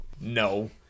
No